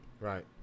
Right